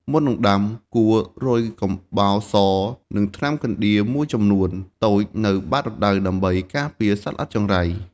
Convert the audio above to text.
មុននឹងដាំ គួររោយកំបោរស និងថ្នាំកណ្ដៀរមួយចំនួនតូចនៅបាតរណ្តៅដើម្បីការពារសត្វល្អិតចង្រៃ។